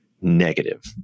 negative